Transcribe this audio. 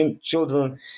children